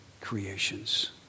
creations